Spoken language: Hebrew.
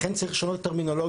לכן צריך לשנות את הטרמינולוגיה.